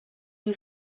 you